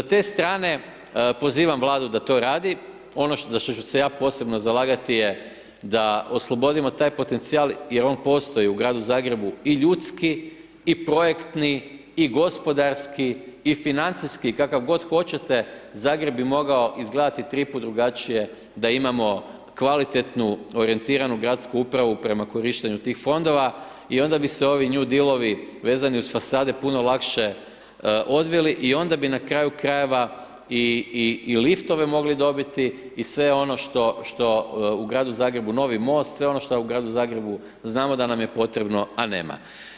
Sa te strane pozivam Vladu da to radi, ono za što ću se ja posebno zalagati je da oslobodimo taj potencijal jer on postoji, u Gradu Zagrebu i ljudski, i projektni, i gospodarski, i financijski, kakav god hoćete, Zagreb bi mogao izgledati tri put drugačije da imamo kvalitetnu orijentiranu gradsku upravu prema korištenju tih Fondova, i onda bi se ovi new deal-ovi vezani uz fasade puno lakše odvili, i onda bi na kraju krajeva i, i liftove mogli dobiti, i sve ono što, što u Gradu Zagrebu, novi most, sve ono šta je u Gradu Zagrebu znamo da nam je potrebno, a nema.